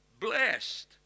blessed